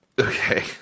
Okay